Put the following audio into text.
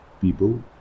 people